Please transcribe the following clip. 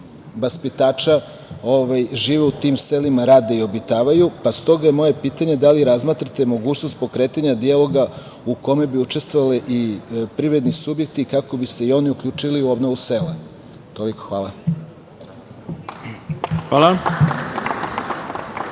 vaspitača žive u tim selima, rade i obitavaju. Stoga moje je pitanje da li razmatrate mogućnost pokretanja dijaloga u kome bi učestvovale i privredni subjekti, kako bi se i oni uključili u obnovu sela? Toliko, hvala. **Ivica